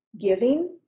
giving